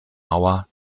mauer